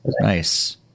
Nice